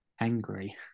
Angry